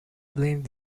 blamed